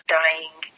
dying